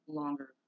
longer